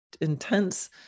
intense